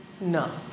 No